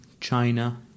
China